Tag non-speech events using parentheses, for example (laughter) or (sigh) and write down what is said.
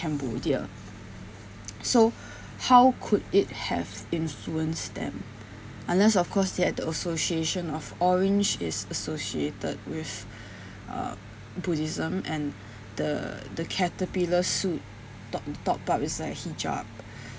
cambodia so how could it have influenced them unless of course they have the association of orange is associated with (breath) uh buddhism and the the caterpillar suit top top part is like hijab